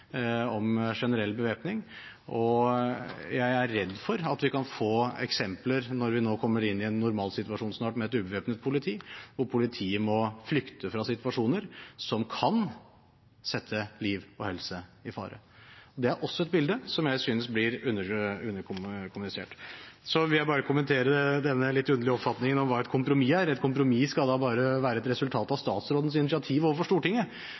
om generell bevæpning, og jeg er redd for at vi kan få eksempler på situasjoner, når vi nå snart kommer inn i en normalsituasjon med et ubevæpnet politi og politiet må flykte, som kan sette liv og helse i fare. Det er også et bilde som jeg synes blir underkommunisert. Så vil jeg bare kommentere denne litt underlige oppfatningen av hva et kompromiss er: Et kompromiss skal da bare være et resultat av statsrådens initiativ overfor Stortinget.